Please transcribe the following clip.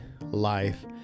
life